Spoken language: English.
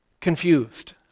confused